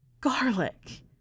Garlic